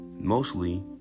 Mostly